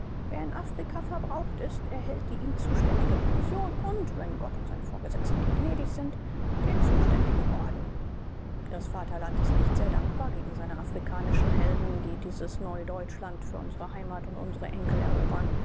wer in afrika verbraucht ist erhält die ihm zuständige pension und wenn gott und seine vorgesetzten ihm gnädig sind den zuständigen orden das vaterland ist nicht sehr dankbar gegen seine afrikanischen helden die dieses neudeutschland für unsre heimat und unsre enkel erobern